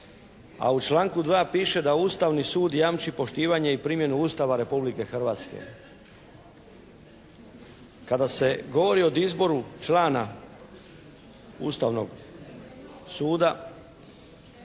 A u članku 2. piše da Ustavni sud jamči poštivanje i primjenu Ustava Republike Hrvatske. Kada se govori o izboru člana Ustavnog suda